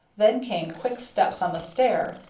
then came quick steps on the stair,